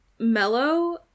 mellow